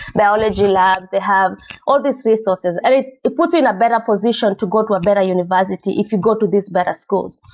biology labs. they have all these resources, and it it puts you in a better position to go to a better university if you go to these better schools.